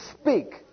speak